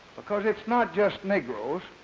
because it's not just negroes,